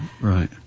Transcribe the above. Right